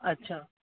अच्छा